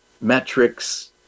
metrics